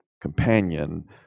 companion